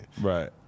Right